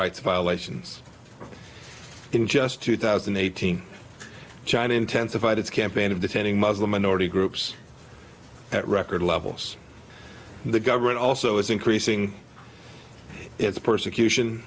rights violations in just two thousand and eighteen china intensified its campaign of defending muslim minority groups at record levels the government also is increasing its persecution